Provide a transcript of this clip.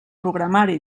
programari